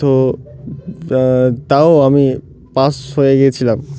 তো তাও আমি পাস হয়ে গিয়েছিলাম